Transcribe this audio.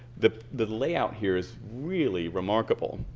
the the layout here is really remarkable.